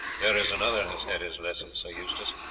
there is another has had his lesson, sir eustace.